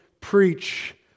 preach